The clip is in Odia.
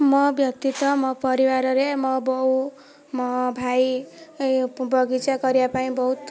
ମୋ ବ୍ୟତୀତ ମୋ ପରିବାରରେ ମୋ ବୋଉ ମୋ ଭାଇ ବଗିଚା କରିବାପାଇଁ ବହୁତ